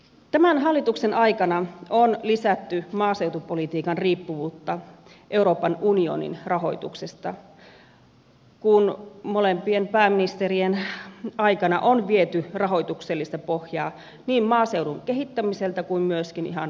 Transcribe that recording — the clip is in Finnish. tämän hallituksen aikana on lisätty maaseutupolitiikan riippuvuutta euroopan unionin rahoituksesta kun molempien pääministerien aikana on viety rahoituksellista pohjaa niin maaseudun kehittämiseltä kuin myöskin ihan perusmaataloudelta